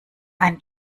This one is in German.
ein